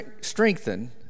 strengthen